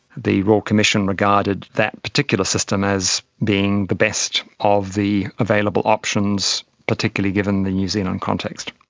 the royal commission regarded that particular system as being the best of the available options, particularly given the new zealand context.